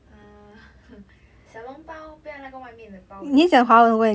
uh 小笼包不要那个外面的包的皮